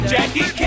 Jackie